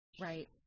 Right